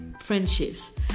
friendships